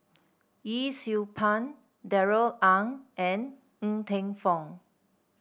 Yee Siew Pun Darrell Ang and Ng Teng Fong